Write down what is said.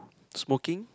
smoking